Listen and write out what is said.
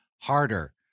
harder